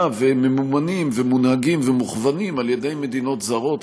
והם ממומנים ומונהגים ומכוונים על-ידי מדינות זרות.